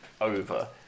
over